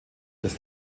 des